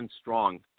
strong